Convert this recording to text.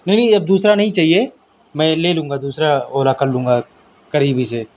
نہیں نہیں اب دوسرا نہیں چاہیے میں لے لوں گا دوسرا اولا کر لوں گا قریب ہی سے